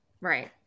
Right